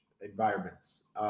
environments